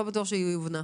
לא בטוח שהיא הובנה.